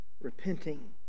repenting